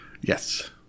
Yes